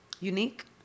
unique